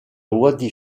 wadi